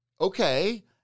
okay